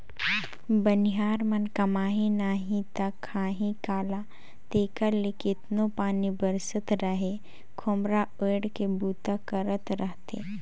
बनिहार मन कमाही नही ता खाही काला तेकर ले केतनो पानी बरसत रहें खोम्हरा ओएढ़ के बूता करत रहथे